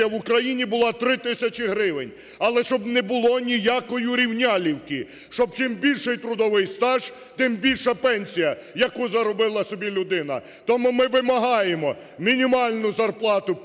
в Україні була три тисячі гривень. Але щоб не було ніякої урівнялівки, щоб чим більший трудовий стаж, тим більша пенсія, яку заробила собі людина. Тому ми вимагаємо мінімальну зарплату